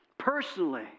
personally